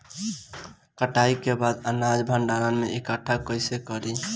कटाई के बाद अनाज के भंडारण में इकठ्ठा कइसे करी?